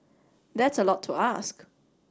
that's a lot to ask